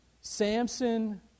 Samson